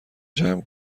جمع